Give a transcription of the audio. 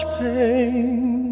pain